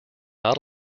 not